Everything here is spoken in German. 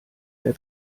der